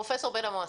פרופ' בן-עמוס.